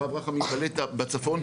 הרב רחמים בלטה בצפון,